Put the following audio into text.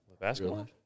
Basketball